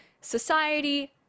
society